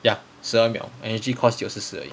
ya 十二秒 energy cost 九十四而已